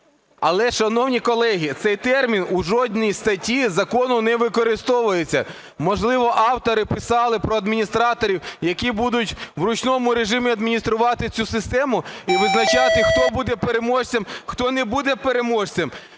Але, шановні колеги, цей термін у жодній статті закону не використовується. Можливо, автори писали про адміністраторів, які будуть в ручному режимі адмініструвати цю систему і визначати, хто буде переможцем, хто не буде переможцем?